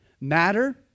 Matter